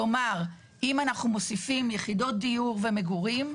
כלומר, אם אנחנו מוסיפים יחידות דיור ומגורים,